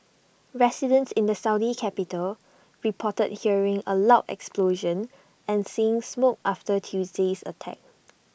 residents in the Saudi capital reported hearing A loud explosion and seeing smoke after Tuesday's attack